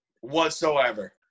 whatsoever